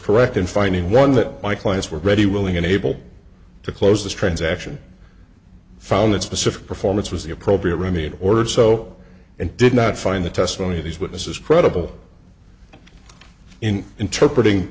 correct in finding one that my clients were ready willing and able to close this transaction found that specific performance was the appropriate remedy ordered so and did not find the testimony of these witnesses credible in interpret ing